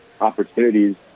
opportunities